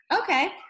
Okay